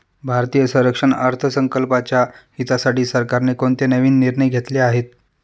भारतीय संरक्षण अर्थसंकल्पाच्या हितासाठी सरकारने कोणते नवीन निर्णय घेतले आहेत?